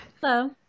Hello